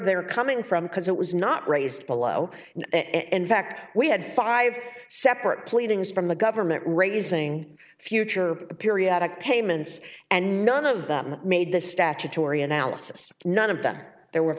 they are coming from because it was not raised below in fact we had five separate pleadings from the government raising future periodic payments and none of them made the statutory analysis none of them there were